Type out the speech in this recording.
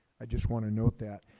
i just want to note that.